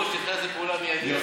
פעולה מיידית,